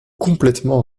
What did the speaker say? complètement